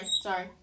sorry